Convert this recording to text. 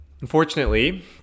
Unfortunately